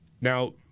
Now